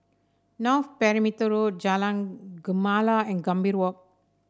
North Perimeter Road Jalan Gemala and Gambir Walk